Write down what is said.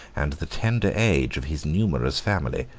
and the tender age of his numerous family,